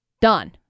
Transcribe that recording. Done